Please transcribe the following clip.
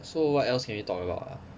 so what else can we talk about ah